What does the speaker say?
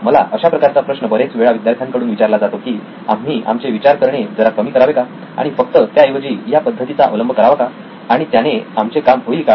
मला अशा प्रकारचा प्रश्न बरेच वेळा विद्यार्थ्यांकडून विचारला जातो की आम्ही आमचे विचार करणे जरा कमी करावे का आणि फक्त त्याऐवजी या पद्धतीचा अवलंब करावा का आणि त्याने आमचे काम होईल का